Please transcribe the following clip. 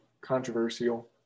Controversial